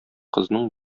кызның